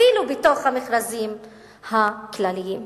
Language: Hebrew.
אפילו בתוך המכרזים הכלליים.